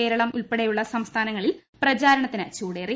കേരളം ഉൾപ്പെടെയുള്ള സംസ്ഥാനങ്ങളിൽ പ്രചാരണത്തിന് ചൂടേറി